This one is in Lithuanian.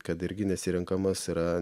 kad irgi nesirenkamas yra